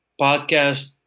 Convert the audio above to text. podcast